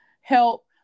help